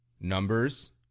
numbers